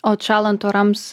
atšąlant orams